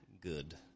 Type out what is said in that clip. Good